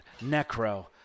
necro